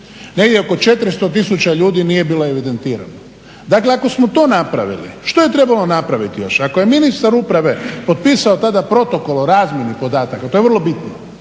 Negdje oko 400 000 ljudi nije bilo evidentirano. Dakle, ako smo to napravili što je trebalo napraviti još? Ako je ministar uprave potpisao tada protokol o razmjeni podataka to je vrlo bitno,